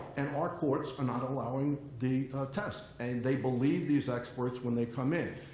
and our courts are not allowing the test. and they believe these experts when they come in.